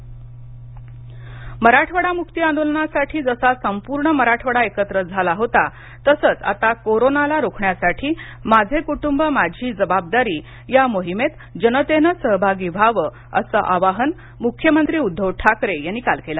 मराठवाडा मक्ती दिन मराठवाडा मुक्ती आंदोलनासाठी जसा संपूर्ण मराठवाडा एकत्र झाला होता तसंच आता कोरोनाला रोखण्यासाठी माझे कुटुंब माझी जबाबदारी या मोहिमेत जनतेनं सहभागी व्हावं असं आवाहन मुख्यमंत्री उद्धव ठाकरे यांनी काल केलं